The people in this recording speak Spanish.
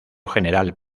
general